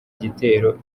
igitero